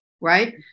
right